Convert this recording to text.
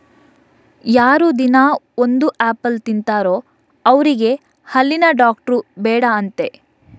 ಯಾರು ದಿನಾ ಒಂದು ಆಪಲ್ ತಿಂತಾರೋ ಅವ್ರಿಗೆ ಹಲ್ಲಿನ ಡಾಕ್ಟ್ರು ಬೇಡ ಅಂತೆ